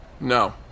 No